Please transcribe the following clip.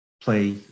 play